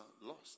lost